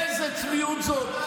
איזו צביעות זאת.